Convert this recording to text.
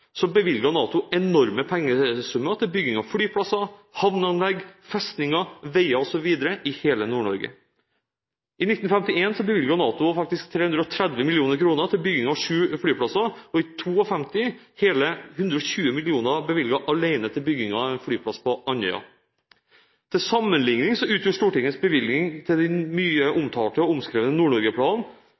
NATO enorme pengesummer til bygging av flyplasser, havneanlegg, festninger, veier osv. i hele Nord-Norge. I 1951 bevilget NATO faktisk 330 mill. kr til bygging av sju flyplasser. I 1952 ble hele 120 mill. kr bevilget alene til byggingen av en flyplass på Andøya. Til sammenlikning utgjør Stortingets bevilgning til den mye omtalte og